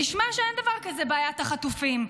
נשמע שאין דבר כזה בעיית החטופים.